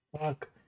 Fuck